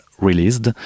released